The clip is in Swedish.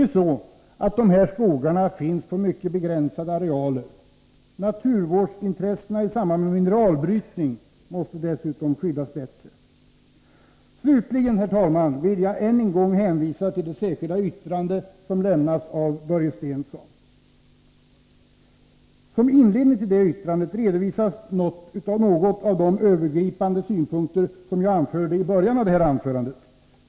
Dessa skogar finns ju på mycket begränsade arealer. Naturvårdsintressena i samband med mineralbrytning måste dessutom skyddas bättre. Slutligen, herr talman, vill jag än en gång hänvisa till det särskilda yttrande som avgivits av Börje Stensson. Som inledning till detta yttrande redovisas något av de övergripande synpunkter som jag anförde i början av detta anförande.